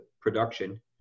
production